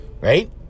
right